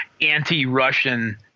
anti-Russian